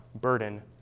burden